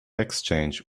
exchange